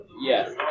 Yes